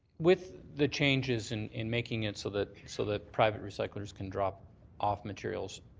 with the changes and in making it so that so that private recyclers can drop off materials,